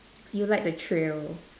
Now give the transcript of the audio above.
you like the thrill